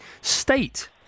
state